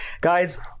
guys